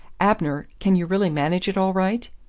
abner can you really manage it all right?